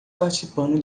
participando